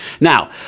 Now